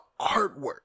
artwork